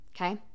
Okay